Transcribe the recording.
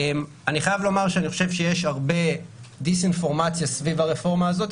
אני חייב לומר שאני חושב שיש הרבה דיסאינפורמציה סביב הרפורמה הזאת,